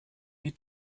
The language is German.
die